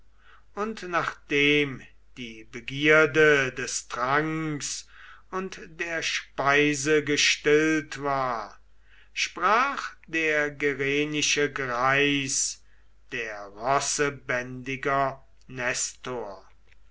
und nachdem die begierde des tranks und der speise gestillt war sprach der gerenische greis der rossebändiger